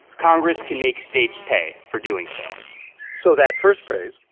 congress can make states pay for doing so so that first phrase.